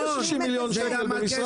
זה רק לשלב ההתחלתי.